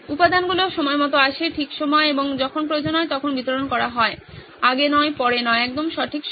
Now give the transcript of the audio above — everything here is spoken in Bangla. উপাদানগুলি সময়মতো আসে ঠিক সময়ে এবং যখন প্রয়োজন হয় তখন বিতরণ করা হয় আগে নয় পরে নয় একদম সঠিক সময়ে